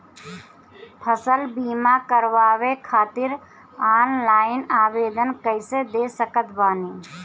फसल बीमा करवाए खातिर ऑनलाइन आवेदन कइसे दे सकत बानी?